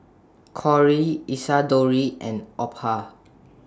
Cory Isadore and Opha